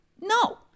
No